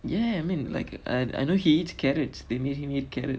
ya I mean like I I know he eats carrots they made him eat carrot